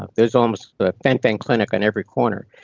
ah there was almost a fen-phen clinic on every corner.